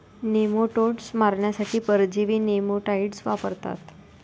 nematodes मारण्यासाठी परजीवी nematicides वापरतात